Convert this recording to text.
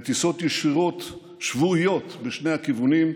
לטיסות ישירות, שבועיות, לשני הכיוונים,